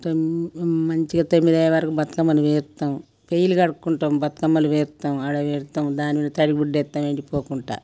తొమ్మి మంచిగా తొమ్మిది అయ్యేవరకు బతుకమ్మను చేస్తాం పొయ్యిలు కడుక్కుంటాం బతుకమ్మలు చేస్తాం ఆడ పెడతాం దానికి తడి గుడ్డేత్తాం ఎండిపోకుండా